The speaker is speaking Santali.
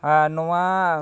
ᱟᱨ ᱱᱚᱣᱟ